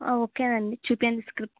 ఆ ఓకే అండి చూపించండి స్క్రిప్ట్